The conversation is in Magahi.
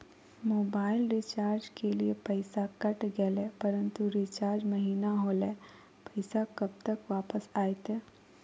मोबाइल रिचार्ज के लिए पैसा कट गेलैय परंतु रिचार्ज महिना होलैय, पैसा कब तक वापस आयते?